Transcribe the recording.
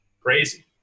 crazy